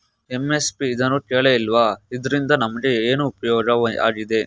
MSP ಇದ್ನನಾನು ಕೇಳೆ ಇಲ್ವಲ್ಲ? ಇದ್ರಿಂದ ನಮ್ಗೆ ಏನ್ಉಪ್ಯೋಗ ಆಯ್ತದೆ?